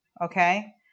okay